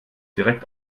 direkt